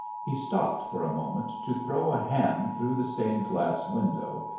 he stopped for a moment to throw a ham through the stained-glass window,